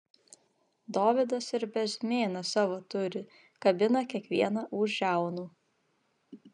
dovydas ir bezmėną savo turi kabina kiekvieną už žiaunų